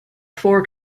four